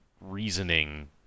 reasoning